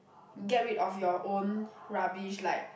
get rid of your own rubbish like